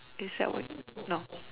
is that what no